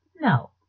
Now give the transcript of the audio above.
No